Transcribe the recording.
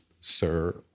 sir